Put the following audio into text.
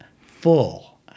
full